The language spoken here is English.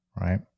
Right